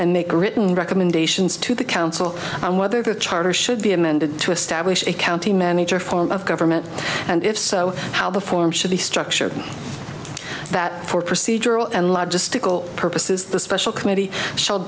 and make a written recommendations to the council on whether the charter should be amended to establish a county manager form of government and if so how the form should be structured that for procedural and largest tickle purposes the special committee sho